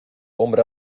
hombre